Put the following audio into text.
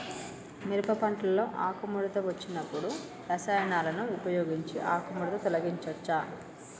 మిరప పంటలో ఆకుముడత వచ్చినప్పుడు రసాయనాలను ఉపయోగించి ఆకుముడత తొలగించచ్చా?